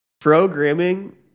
Programming